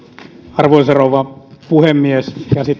arvoisa rouva puhemies